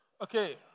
Okay